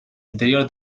interior